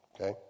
Okay